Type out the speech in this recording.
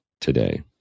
today